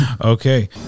okay